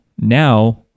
now